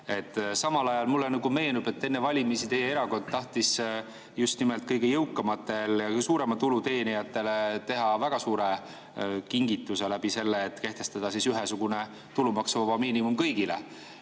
Samal ajal mulle meenub, et enne valimisi teie erakond tahtis just nimelt kõige jõukamatele ja suurema tulu teenijatele teha väga suure kingituse sellega, et kehtestada ühesugune tulumaksuvaba miinimum kõigile.